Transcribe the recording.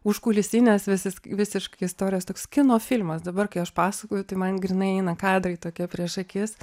užkulisines visis visiškai istorijos toks kino filmas dabar kai aš pasakoju tai man grynai eina kadrai tokie prieš akis